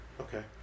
Okay